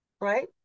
right